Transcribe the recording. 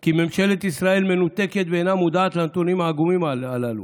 כי ממשלת ישראל מנותקת ואינה מודעת לנתונים העגומים הללו.